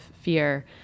fear